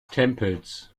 tempels